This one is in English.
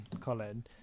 Colin